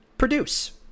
produce